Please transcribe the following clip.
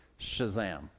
Shazam